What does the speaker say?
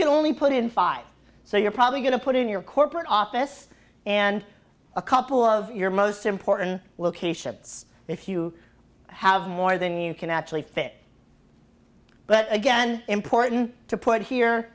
can only put in five so you're probably going to put in your corporate office and a couple of your most important will keisha if you have more than you can actually fit but again important to put here